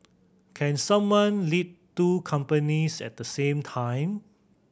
can someone lead two companies at the same time